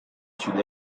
sud